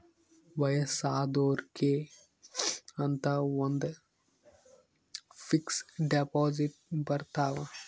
ವಯಸ್ಸಾದೊರ್ಗೆ ಅಂತ ಒಂದ ಫಿಕ್ಸ್ ದೆಪೊಸಿಟ್ ಬರತವ